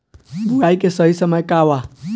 बुआई के सही समय का वा?